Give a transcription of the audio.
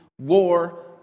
war